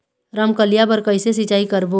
रमकलिया बर कइसे सिचाई करबो?